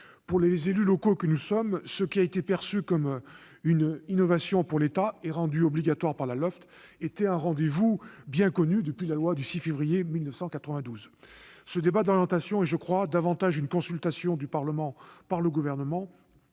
pour les élus locaux que nous sommes, ce qui a été perçu comme une innovation pour l'État et a été rendu obligatoire par la LOLF était un rendez-vous bien connu depuis la loi du 6 février 1992. Ce débat d'orientation est, je crois, davantage une consultation du Parlement par le Gouvernement,